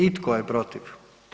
I tko je protiv?